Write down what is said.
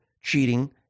cheating